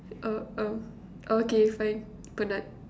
oh oh okay fine penat